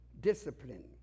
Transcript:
discipline